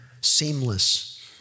seamless